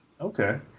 Okay